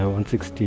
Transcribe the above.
160